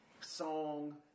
song